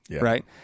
right